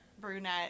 brunette